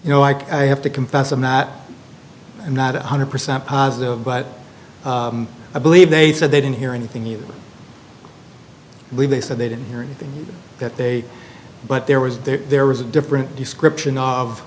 you know i have to confess i'm not i'm not one hundred percent positive but i believe they said they didn't hear anything you believe they said they didn't hear anything that they but there was there there was a different description of